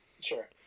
Sure